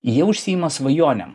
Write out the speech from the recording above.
jie užsiima svajonėm